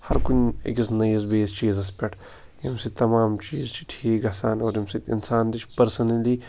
ہر کُنہِ أکِس نٔیِس بیٚیِس چیٖزس پٮ۪ٹھ ییٚمہِ سۭتۍ تمام چیٖز چھِ ٹھیٖک گژھان اور ییٚمہِ سۭتۍ اِنسان تہِ چھُ پٔرسٕنلی